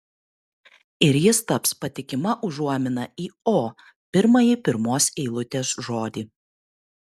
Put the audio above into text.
ir jis taps patikima užuomina į o pirmąjį pirmos eilutės žodį